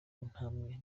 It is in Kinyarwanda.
ntambwe